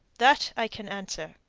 that i can answer.